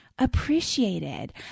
appreciated